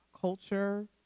culture